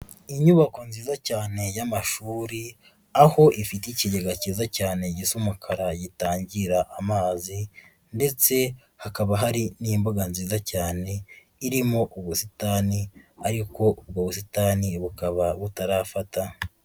Inyubako nziza cyane y'amashuri, aho ifite ikigega cyiza cyane gisa umukara gitangira amazi, ndetse hakaba hari n'imbuga nziza cyane irimo ubusitani, ariko ubwo busitani bukaba butarafata.